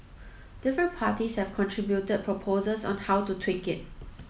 different parties have contributed proposals on how to tweak it